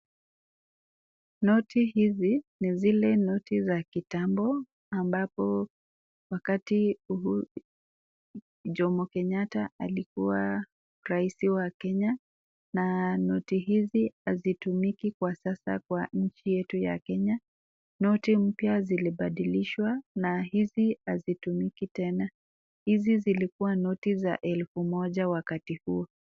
Noti hizi ni zile noti za kitambo ambapo wakati Jomo Kenyatta alikuwa raisi wa Kenya na noti hizi hazitumiki kwa sasa kwa nchi yetu ya Kenya. Noti mpya zilibadilishwa na hizi hazitumiki tena. Hizi zilikuwa noti za elfu moja wakati huo.